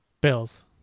Bills